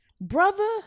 brother